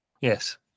Yes